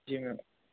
जी ma'am